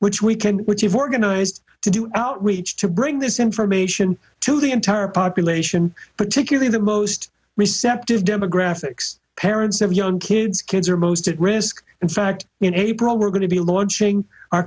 which we can which we've organized to do outreach to bring this information to the entire population particularly the most receptive demographics parents of young kids kids are most at risk in fact in april we're going to be launching our